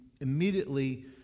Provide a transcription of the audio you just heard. immediately